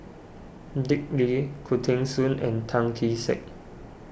Dick Lee Khoo Teng Soon and Tan Kee Sek